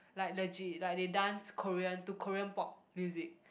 like legit like they dance Korean to Korean Pop music